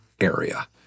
area